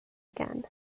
again